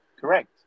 Correct